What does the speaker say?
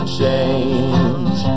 change